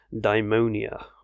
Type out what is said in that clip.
daimonia